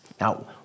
Now